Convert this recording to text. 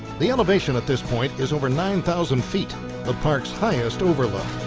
the elevation at this point is over nine thousand feet the park's highest overlook.